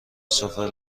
سفره